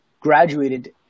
graduated